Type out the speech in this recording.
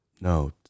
No